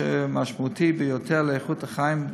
אשר משמעותי ביותר לאיכות החיים,